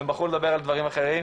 והם בחרו לדבר על דברים אחרים.